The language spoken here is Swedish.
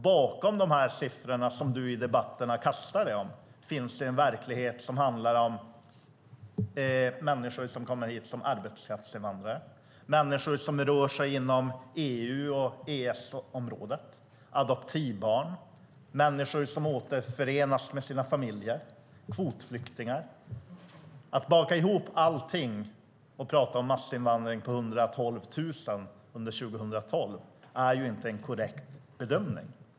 Bakom dessa siffror som du slänger dig med i debatterna finns en verklighet som handlar om människor som kommer hit som arbetskraftsinvandrare, människor som rör sig inom EU och EES, adoptivbarn, människor som återförenas med sina familjer och kvotflyktingar. Att baka ihop alla dessa och tala om massinvandring med 112 000 under 2012 är inte korrekt.